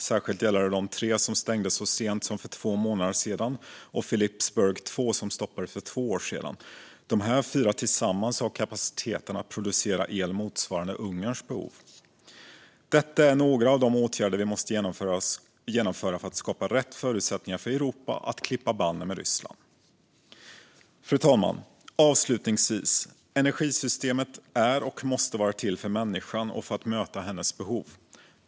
Särskilt gäller detta de tre som stängde så sent som för två månader sedan och Philippsburg 2, som stoppades för två år sedan. Dessa fyra har tillsammans kapacitet att producera el motsvarande Ungerns behov. Detta är några åtgärder vi måste genomföra för att skapa rätt förutsättningar för Europa att klippa banden med Ryssland. Fru talman! Avslutningsvis: Energisystemet är och måste vara till för människan och för att möta hennes behov.